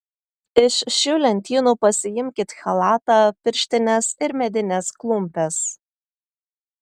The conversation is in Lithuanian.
iš šių lentynų pasiimkit chalatą pirštines ir medines klumpes